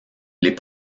les